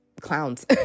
clowns